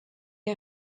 est